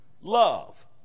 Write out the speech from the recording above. Love